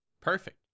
Perfect